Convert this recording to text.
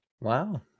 Wow